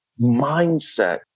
mindset